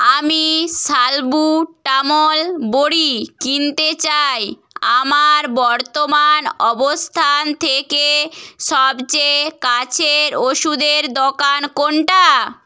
আমি সালবুটামল বড়ি কিনতে চাই আমার বর্তমান অবস্থান থেকে সবচেয়ে কাছের ওষুধের দোকান কোনটা